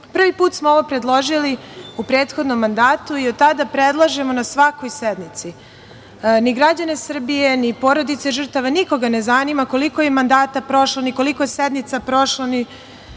put smo ovo predložili u prethodnom mandatu i od tada predlažemo na svakoj sednici. Ni građane Srbije, ni porodice žrtava, nikoga ne zanima koliko mandata je prošlo, ni koliko je sednica prošlo,